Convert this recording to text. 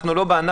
אנחנו לא בענן,